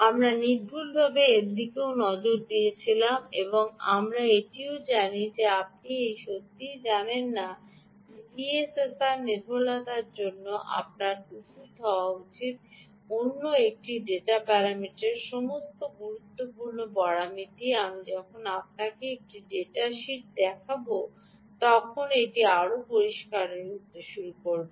আমরা নির্ভুলতার দিকেও নজর দিয়েছিলাম আমরা এটিও জানি আপনি এই সত্যটি জানেন যা পিএসএসআর নির্ভুলতার জন্য আপনার উচিত হওয়া উচিত এটি অন্য একটি প্যারামিটার সমস্ত গুরুত্বপূর্ণ পরামিতি আমি যখন আপনাকে একটি ডেটা শীট দেখাব তখন এটি আরও স্পষ্ট হয়ে উঠতে শুরু করবে